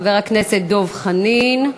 חבר הכנסת דב חנין,